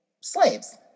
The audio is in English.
slaves